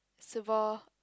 civil